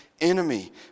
enemy